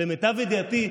למיטב ידיעתי,